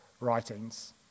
writings